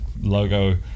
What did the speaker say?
logo